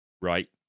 Right